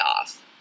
off